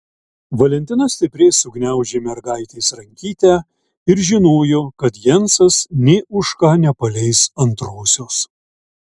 valentina stipriai sugniaužė mergaitės rankytę ir žinojo kad jensas nė už ką nepaleis antrosios